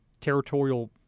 territorial